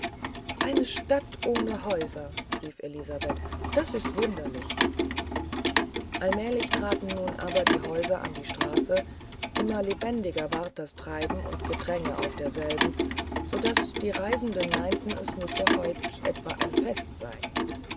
eine stadt ohne häuser rief elisabeth das ist wunderlich allmählich traten nun aber häuser an die straße immer lebendiger ward das treiben und gedränge auf derselben so daß die reisenden meinten es müsse heut etwa ein fest sein